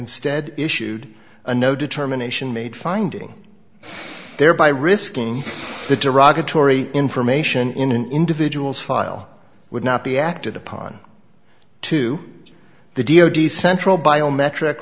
instead issued a no determination made finding thereby risking the derogatory information in an individual's file would not be acted upon to the d o d central biometric